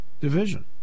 division